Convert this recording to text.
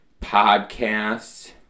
podcasts